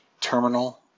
terminal